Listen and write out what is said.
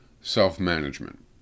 self-management